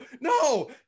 no